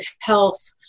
health